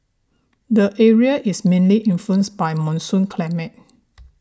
the area is mainly influenced by monsoon climate